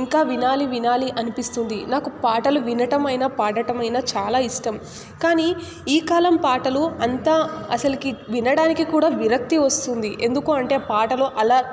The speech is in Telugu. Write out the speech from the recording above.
ఇంకా వినాలి వినాలి అనిపిస్తుంది నాకు పాటలు వినడం అయినా పాడటం అయినా చాలా ఇష్టం కానీ ఈ కాలం పాటలు అంత అసలుకి వినడానికి కూడా విరక్తి వస్తుంది ఎందుకు అంటే పాటలు అలా